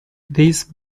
these